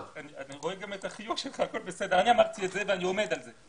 אמרתי את זה, ואני עומד על זה.